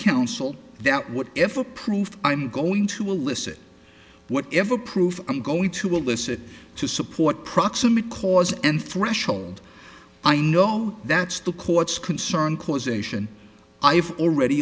counsel that what if approved i'm going to elicit whatever proof i'm going to elicit to support proximate cause and threshold i know that's the court's concern causation i've already